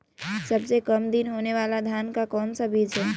सबसे काम दिन होने वाला धान का कौन सा बीज हैँ?